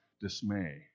dismay